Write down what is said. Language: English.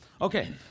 Okay